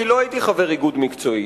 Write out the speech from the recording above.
כי לא הייתי חבר איגוד מקצועי.